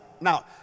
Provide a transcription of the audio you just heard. Now